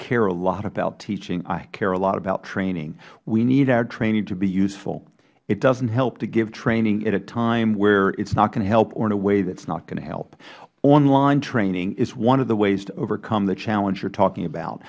care a lot about teaching i care a lot about training we need our training to be useful it doesnt help to give training at a time where it is not going to help or in a way that is not going to help online training is one of the ways to overcome the challenge you are talking about